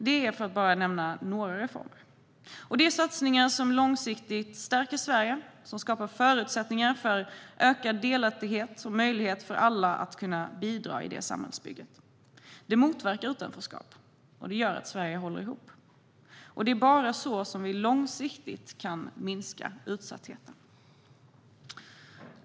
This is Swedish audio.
Detta är bara några av de reformer vi gör, och det är satsningar som långsiktigt stärker Sverige. De skapar förutsättningar för ökad delaktighet och möjlighet för alla att bidra i samhällsbygget. Det motverkar utanförskap och gör att Sverige håller ihop, och det är bara så vi långsiktigt kan minska utsattheten.